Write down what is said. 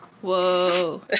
Whoa